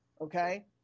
okay